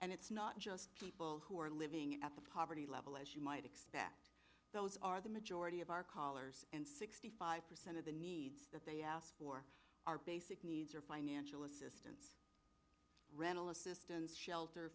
and it's not just people who are living at the poverty level as you might expect those are the majority of our callers and sixty five percent of the needs that they ask for are basic needs are financial assistance rental assistance shelter